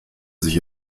sich